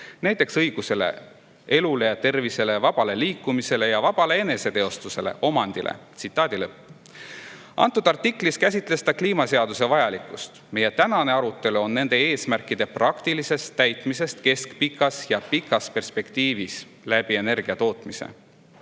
näiteks õigusele elule ja tervisele, vabale liikumisele ja vabale eneseteostusele, omandile."Antud artiklis käsitles ta kliimaseaduse vajalikkust. Meie tänane arutelu on nende eesmärkide praktilise täitmise üle keskpikas ja pikas perspektiivis energia tootmise